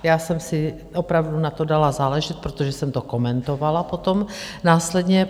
Já jsem si opravdu na to dala záležet, protože jsem to komentovala potom následně.